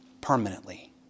permanently